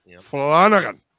Flanagan